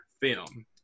film